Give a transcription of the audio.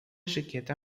jaqueta